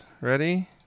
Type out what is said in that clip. Ready